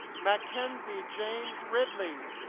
mackenzie james ridley